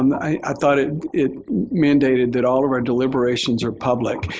i thought it it mandated that all of our deliberations are public.